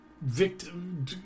victim